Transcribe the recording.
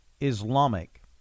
Islamic